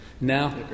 Now